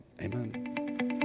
Amen